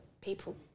people